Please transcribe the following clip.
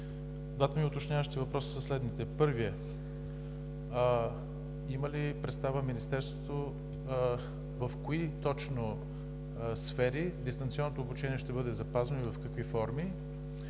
Двата ми уточняващи въпроса са следните: първият, има ли представа Министерството в кои точно сфери дистанционното обучение ще бъде запазено и в какви форми?